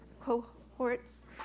cohorts